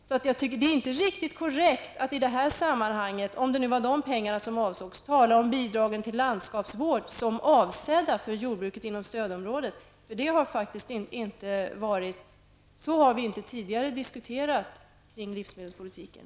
Det är alltså inte riktigt korrekt att i det här sammanhanget -- om det nu var de pengarna som avsågs -- tala om bidragen till landskapsvård såsom avsedda för jordbruket inom stödområdet. Så har vi inte tidigare diskuterat kring livsmedelspolitiken.